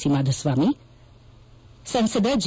C Madhuswamy ಸಂಸದ J